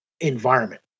environment